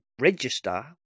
register